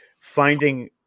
finding